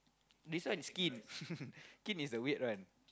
this one is kin kin is the weird one